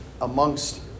amongst